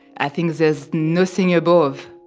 i think there's nothing above.